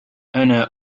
أنا